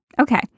Okay